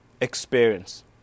experience